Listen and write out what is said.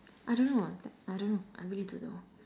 I don't know leh I don't know I really don't know